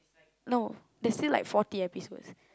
no there's still like forty episodes